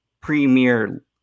premier